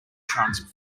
trunks